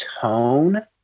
tone